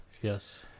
Yes